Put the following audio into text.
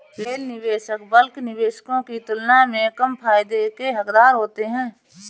retail निवेशक bulk निवेशकों की तुलना में कम फायदे के हक़दार होते हैं